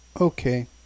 Okay